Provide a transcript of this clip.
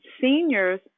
seniors